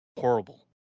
horrible